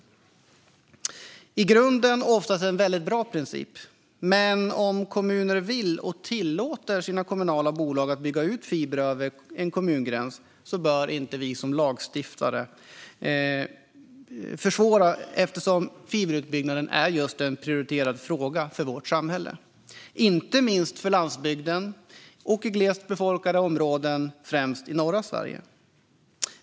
Det är i grunden oftast en bra princip. Men om kommuner vill och tillåter kommunala bolag att bygga ut fiber över en kommungräns bör inte vi lagstiftare försvåra eftersom fiberutbyggnad är en prioriterad fråga för samhället, inte minst för landsbygden och i glest befolkade områden i främst norra Sverige.